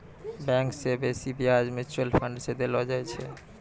bank से बेसी ब्याज म्यूचुअल फंड मे देलो जाय छै